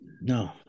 no